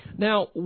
Now